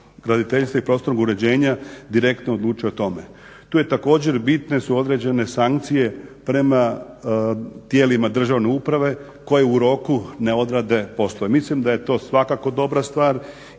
graditeljstva i prostornog uređenja direktno odlučuje o tome. Tu je također bitno su određene sankcije prema tijelima državne uprave koje u roku ne odrade poslove. Mislim da je to svakako dobra stvar